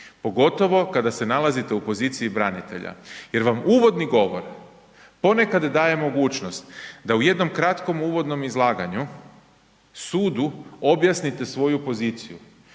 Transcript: Pogotovo kada se nalazite u poziciji branitelja jer vam uvodni govor ponekad daje mogućnost da u jednom kratkom uvodnom izlaganju, sudu objasnite svoju poziciju